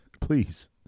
please